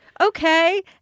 Okay